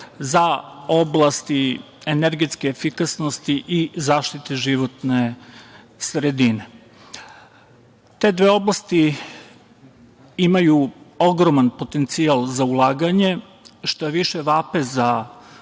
za oblasti energetske efikasnosti i zaštite životne sredine. Te dve oblasti imaju ogroman potencijal za ulaganje, štaviše, vape za